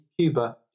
Cuba